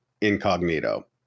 incognito